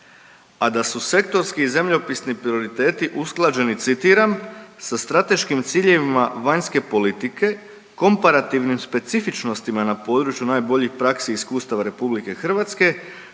a da su sektorski i zemljopisni prioriteti usklađeni, citiram „sa strateškim ciljevima vanjske politike, komparativnim specifičnostima na području najboljih praksi iskustava RH primjenjivih